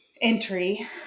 entry